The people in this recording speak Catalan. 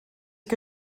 que